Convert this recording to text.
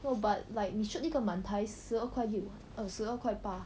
no but like 你 shoot 一个满台十二块六 err 十二块八